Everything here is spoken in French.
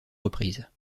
reprises